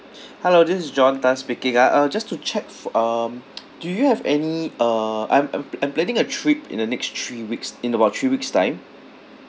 hello this is john tan speaking ah uh just to check f~ um do you have any uh I'm I'm pla~ I'm planning a trip in the next three weeks in about three weeks' time